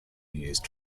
used